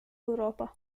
europa